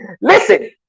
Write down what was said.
Listen